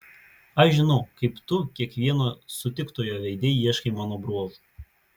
aš žinau kaip tu kiekvieno sutiktojo veide ieškai mano bruožų